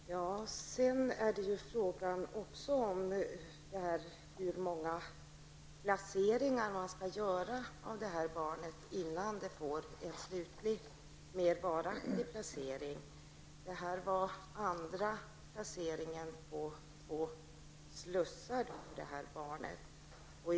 Fru talman! Sedan är det ju också fråga om hur många gånger barnet skall placeras, innan det får en slutlig eller mer varaktig placering. För det här barnet var det den andra placeringen på två slussar.